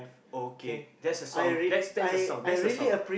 okay that's a song that's a that's a song that's a song